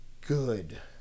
good